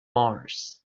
mars